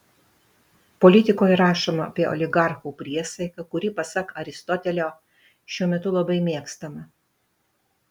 politikoje rašoma apie oligarchų priesaiką kuri pasak aristotelio šiuo metu labai mėgstama